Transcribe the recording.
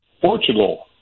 Portugal